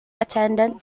attendant